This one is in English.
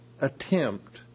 attempt